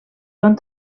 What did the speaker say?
van